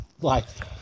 life